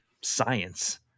science